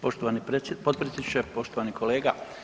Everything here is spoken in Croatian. Poštovani potpredsjedniče, poštovani kolega.